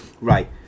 right